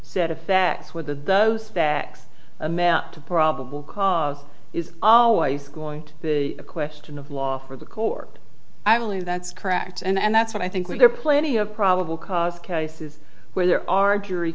set of facts with those that x amount to probable cause is always going to be a question of law for the court i believe that's correct and that's what i think when there are plenty of probable cause cases where there are jury